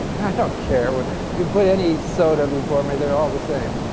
i don't care. you put any soda before me, they're all the same.